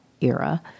era